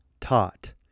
taught